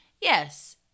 Yes